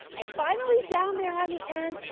and finally down there on the end,